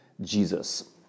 Jesus